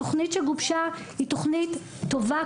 התוכנית שגובשה היא תוכנית טובה,